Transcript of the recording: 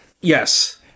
Yes